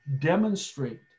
demonstrate